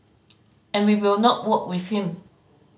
and we will not work with him